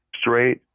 straight